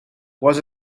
was